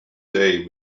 day